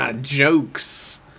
Jokes